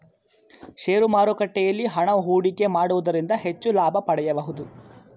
share ಮಾರುಕಟ್ಟೆಯಲ್ಲಿ ಹಣ ಹೂಡಿಕೆ ಮಾಡುವುದರಿಂದ ಹೆಚ್ಚು ಲಾಭ ಪಡೆಯಬಹುದು